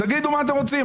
תגידו מה אתם רוצים.